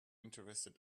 interested